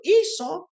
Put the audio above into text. Esau